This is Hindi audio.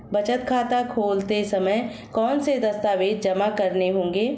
बचत खाता खोलते समय कौनसे दस्तावेज़ जमा करने होंगे?